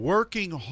Working